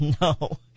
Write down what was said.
No